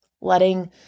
letting